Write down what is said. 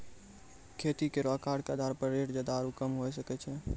खेती केरो आकर क आधार पर रेट जादा आरु कम हुऐ सकै छै